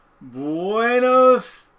Buenos